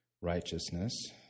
righteousness